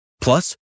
Plus